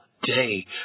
day